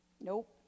Nope